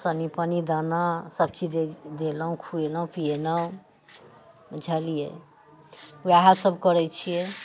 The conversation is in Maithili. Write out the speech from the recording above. सानी पानी दाना सभचीज दे देलहुँ खुएलहुँ पिएलहुँ बुझलियै उएहसभ करैत छियै